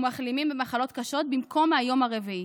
ומחלימים במחלות קשות, במקום מהיום הרביעי.